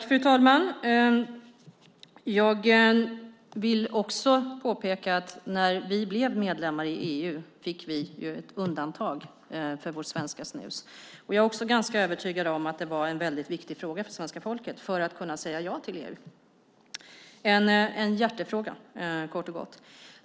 Fru talman! Jag vill påpeka att vi när vi blev medlemmar i EU fick ett undantag för vårt svenska snus. Jag är ganska övertygad om att det var en väldigt viktig fråga för svenska folket för att kunna säga ja till EU. Det var en hjärtefråga, kort och gott.